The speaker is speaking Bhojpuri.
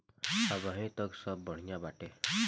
अबहीं तक त सब बढ़िया बाटे